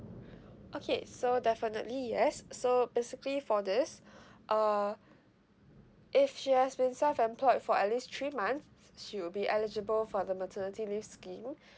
okay so definitely yes so basically for this uh if she has been self employed for at least three months she will be eligible for the maternity leave scheme